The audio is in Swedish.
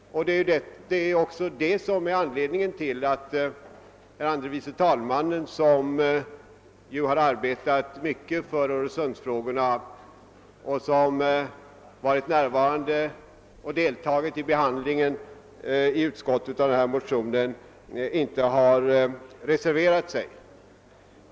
Detta är också anledningen till att herr andre vice talmannen, som ju arbetat mycket med Öresundsfrågorna och som även deltagit i behandlingen av motionen i utskottet, inte har reserverat sig.